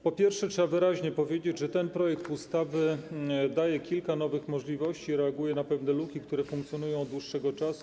Po pierwsze, trzeba wyraźnie powiedzieć, że ten projekt ustawy daje kilka nowych możliwości, reaguje na pewne luki, które funkcjonują od dłuższego czasu.